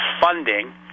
funding